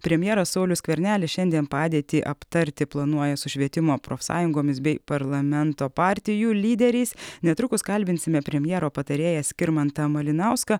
premjeras saulius skvernelis šiandien padėtį aptarti planuoja su švietimo profsąjungomis bei parlamento partijų lyderiais netrukus kalbinsime premjero patarėją skirmantą malinauską